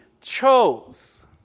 chose